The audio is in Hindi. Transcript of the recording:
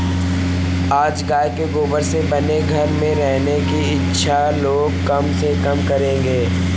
आज गाय के गोबर से बने घर में रहने की इच्छा लोग कम से कम करेंगे